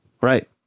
Right